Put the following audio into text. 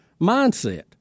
mindset